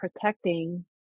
protecting